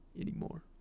anymore